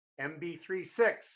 MB36